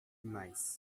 mais